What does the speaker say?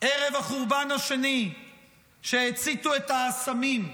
ערב החורבן השני שהציתו את האסמים,